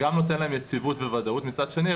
את הסכום הגבוה מבין אלה: סכום כמפורט בסעיף קטן (ב)